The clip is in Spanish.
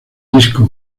disco